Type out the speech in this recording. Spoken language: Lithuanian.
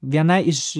viena iš